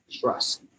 trust